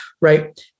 Right